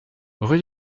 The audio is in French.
rue